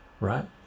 right